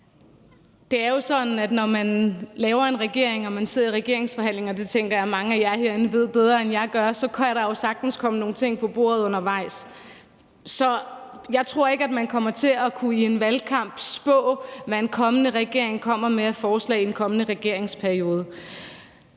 Det er jo sådan, at når man laver en regering og man sidder i regeringsforhandlinger – det tænker jeg at mange af jer herinde ved bedre, end jeg gør – så kan der sagtens komme nogle ting på bordet undervejs. Så jeg tror ikke, at man i en valgkamp kommer til at kunne spå om, hvad en kommende regering kommer med af forslag i en kommende regeringsperiode.